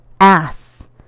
ass